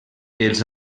els